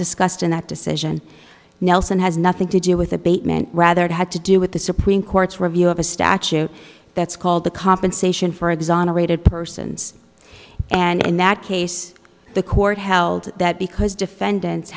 discussed in that decision nelson has nothing to do with abatement rather it had to do with the supreme court's review of a statute that's called the compensation for exonerated persons and in that case the court held that because defendants